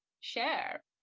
share